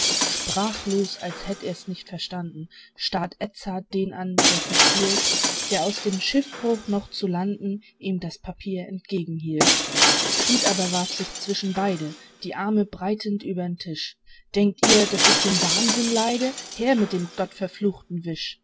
sprachlos als hätt er nicht verstanden starrt edzard den an der verspielt der aus dem schiffbruch noch zu landen ihm das papier entgegenhielt früd aber warf sich zwischen beide die arme breitend übern tisch denkt ihr daß ich den wahnwitz leide her mit dem gottverfluchten